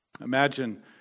Imagine